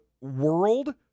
world